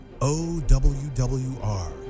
OWWR